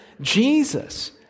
Jesus